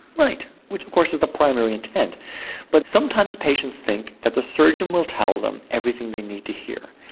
right which of course is the primary intent but sometimes patients think that the surgeon will tell them everything they need to hear.